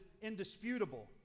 indisputable